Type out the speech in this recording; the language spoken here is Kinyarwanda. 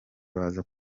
baza